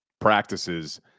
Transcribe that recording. practices